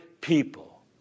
people